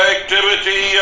Activity